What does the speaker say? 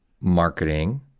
marketing